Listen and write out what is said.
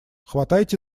хватайте